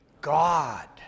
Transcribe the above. God